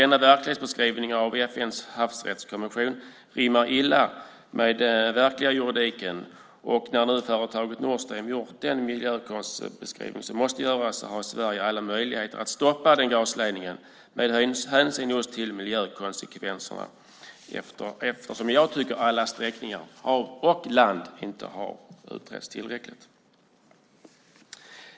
Denna verklighetsbeskrivning av FN:s havsrättskonvention rimmar illa med den verkliga juridiken, och när nu företaget Nord Stream gjort den miljökonsekvensbeskrivning som måste göras har Sverige alla möjligheter att stoppa gasledningen med hänsyn just till miljökonsekvenserna. Jag tycker inte att alla sträckningar i hav och på land har utretts tillräckligt.